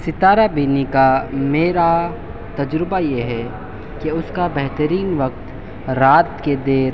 ستارہ بینی کا میرا تجربہ یہ ہے کہ اس کا بہترین وقت رات کے دیر